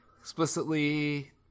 explicitly